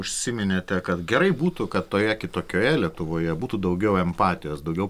užsiminėte kad gerai būtų kad toje kitokioje lietuvoje būtų daugiau empatijos daugiau